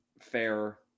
fair